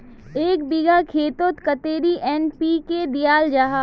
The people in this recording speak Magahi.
एक बिगहा खेतोत कतेरी एन.पी.के दियाल जहा?